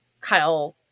Kyle